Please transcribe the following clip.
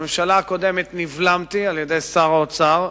בממשלה הקודמת נבלמתי על-ידי שר האוצר,